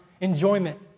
enjoyment